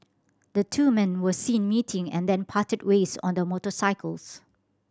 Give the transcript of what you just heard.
the two men were seen meeting and then parted ways on their motorcycles